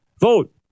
vote